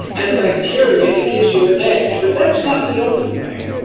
and bacteria and gives you an edge but that's not the only thing,